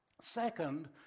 Second